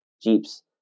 Jeeps